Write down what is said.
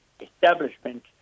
establishment